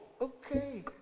okay